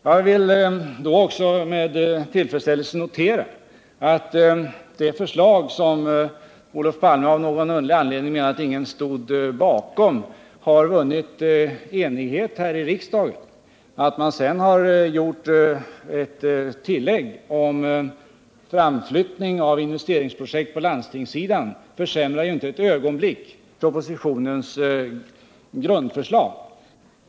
Jag kan med tillfredsställelse notera att det förslag, som Olof Palme av någon underlig anledning menade att ingen stod bakom, har vunnit enighet i utskottet. Att man sedan gjort ett tillägg om framflyttning av investeringsprojekt på landstingssidan försämrar ju inte ett ögonblick propositionens grundförslag.